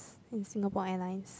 in Singapore Airlines